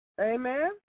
Amen